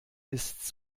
ist